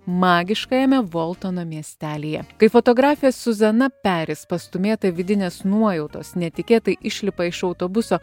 magiškajame voltono miestelyje kai fotografė suzana peris pastūmėta vidinės nuojautos netikėtai išlipa iš autobuso